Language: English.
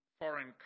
foreign